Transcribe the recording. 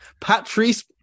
Patrice